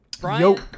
Brian